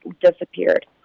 disappeared